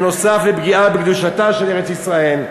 נוסף על הפגיעה בקדושתה של ארץ-ישראל,